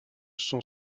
son